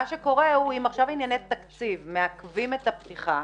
מה שקורה זה שאם עכשיו ענייני תקציב מעכבים את הפתיחה,